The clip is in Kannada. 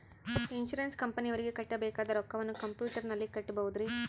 ಇನ್ಸೂರೆನ್ಸ್ ಕಂಪನಿಯವರಿಗೆ ಕಟ್ಟಬೇಕಾದ ರೊಕ್ಕವನ್ನು ಕಂಪ್ಯೂಟರನಲ್ಲಿ ಕಟ್ಟಬಹುದ್ರಿ?